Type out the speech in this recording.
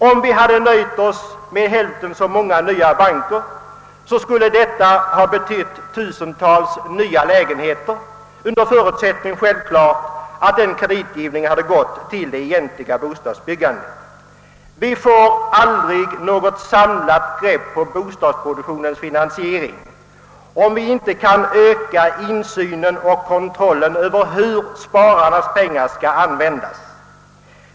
Om vi hade nöjt oss med hälften så många nya banker, skulle detta ha kunnat betyda tusentals nya lägenheter, självfallet under förutsättning att dessa krediter hade gått till det egentliga bostadsbyggandet. Vi får aldrig något ordentligt grepp om bostadsproduktionens finansiering, om vi inte kan öka insynen i och kontrollen över hur spararnas pengar används.